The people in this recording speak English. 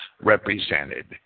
represented